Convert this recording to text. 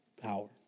power